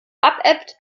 abebbt